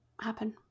happen